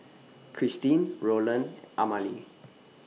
Kristyn Rolland Amalie